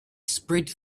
spread